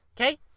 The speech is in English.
Okay